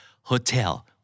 hotel